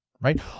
right